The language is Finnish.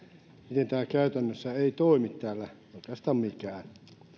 miten täällä käytännössä ei toimi oikeastaan mikään